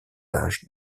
âges